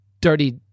dirty